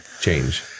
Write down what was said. change